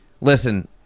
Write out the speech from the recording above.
listen